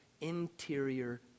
interior